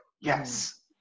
Yes